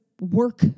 work